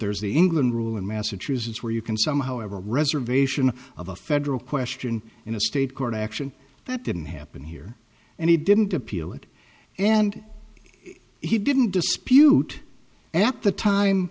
there's the england rule in massachusetts where you can somehow ever reservation of a federal question in a state court action that didn't happen here and he didn't appeal it and he didn't dispute at the time